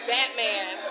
Batman